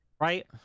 Right